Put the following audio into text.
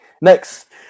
Next